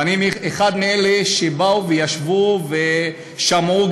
ואני אחד מאלה שבאו וישבו ושמעו.